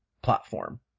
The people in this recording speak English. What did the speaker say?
platform